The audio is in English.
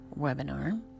webinar